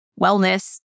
wellness